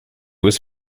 was